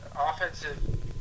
offensive